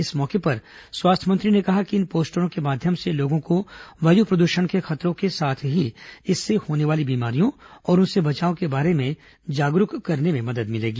इस मौके पर स्वास्थ्य मंत्री ने कहा कि इन पोस्टरों के माध्यम से लोगों को वायु प्रदूषण के खतरों के साथ ही इससे होने वाली बीमारियों और उनसे बचाव के बारे में जागरूक करने में मदद मिलेगी